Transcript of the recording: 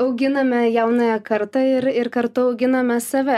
auginame jaunąją kartą ir ir kartu auginame save